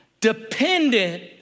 dependent